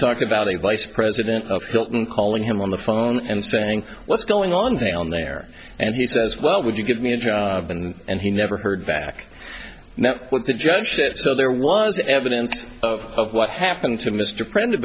talked about a vice president of hilton calling him on the phone and saying what's going on down there and he says well would you give me a job and he never heard back now what the judge said so there was evidence of what happened to mr pr